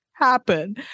Happen